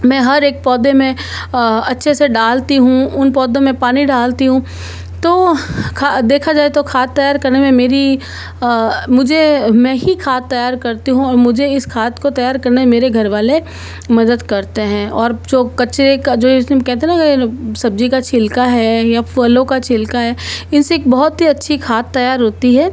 मैं हर एक पौधे में अच्छे से डालती हूँ उन पौधों में पानी डालती हूँ तो खा देखा जाए तो खाद तैयार करने में मेरी मुझे मैं ही खाद तैयार करती हूँ और मुझे इस खाद को तैयार करने मेरे घरवाले मदद करते हैं और जो कचरे का जो इसे हम कहते हैं ना सब्ज़ी का छिलका है या फलों का छिलका है इन से एक बहुत ही अच्छी खाद तैयार होती है